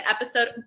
episode